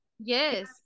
Yes